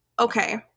Okay